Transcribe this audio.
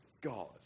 God